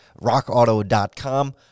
rockauto.com